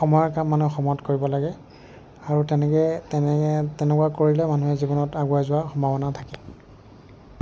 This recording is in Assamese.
সময়ৰ কাম মানুহে সময়ত কৰিব লাগে আৰু তেনেকৈ তেনেকৈ তেনেকুৱা কৰিলে মানুহে জীৱনত আগুৱাই যোৱাৰ সম্ভাৱনা থাকে